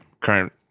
current